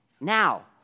now